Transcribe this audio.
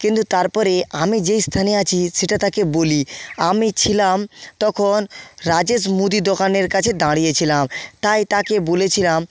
কিন্তু তারপরে আমি যেই স্থানে আছি সেটা তাকে বলি আমি ছিলাম তখন রাজেশ মুদি দোকানের কাছে দাঁড়িয়ে ছিলাম তাই তাকে বলেছিলাম